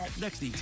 Next